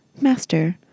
Master